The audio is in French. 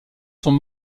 sont